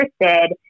interested